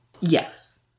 Yes